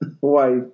wife